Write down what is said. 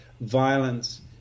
violence